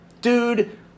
Dude